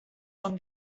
són